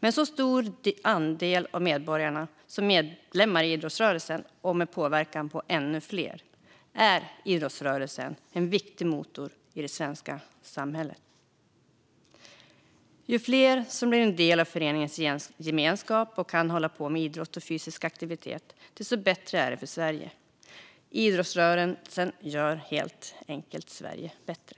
Med en så stor andel av medborgarna som medlemmar i idrottsrörelsen och med påverkan på ännu fler är idrottsrörelsen en viktig motor i det svenska samhället. Ju fler som blir en del av föreningens gemenskap och kan hålla på med idrott och fysisk aktivitet, desto bättre är det för Sverige. Idrottsrörelsen gör helt enkelt Sverige bättre